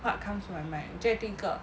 what comes from my mind 觉得第一个